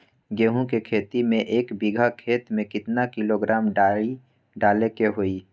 गेहूं के खेती में एक बीघा खेत में केतना किलोग्राम डाई डाले के होई?